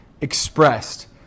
expressed